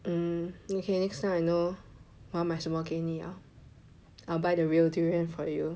mm okay next time I know 我要买什么给你了 I will buy the real durian for you